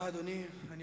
אדוני, תודה.